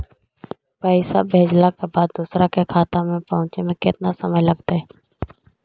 पैसा भेजला के बाद दुसर के खाता में पहुँचे में केतना समय लगतइ?